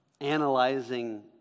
analyzing